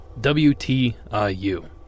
WTIU